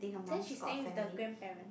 then she staying with the grandparents